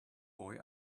boy